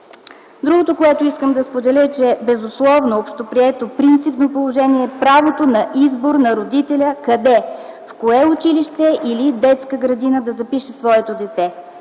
Другото, което искам да споделя. Безусловно общоприето принципно положение е правото на избор на родителя къде, в кое училище или детска градина да запише своето дете.